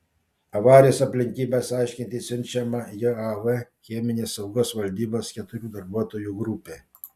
avarijos aplinkybes aiškintis siunčiama jav cheminės saugos valdybos keturių darbuotojų grupė